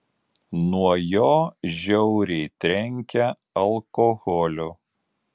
nuo jo žiauriai trenkia alkoholiu